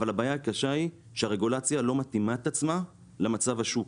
אבל הבעיה הקשה היא שהרגולציה לא מתאימה את עצמה למצב השוק